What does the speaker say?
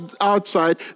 outside